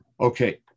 Okay